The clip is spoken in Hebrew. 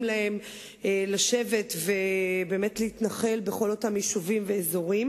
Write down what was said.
להם לשבת ובאמת להתנחל בכל אותם יישובים ואזורים,